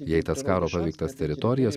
jei tas karo paveiktas teritorijas